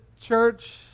church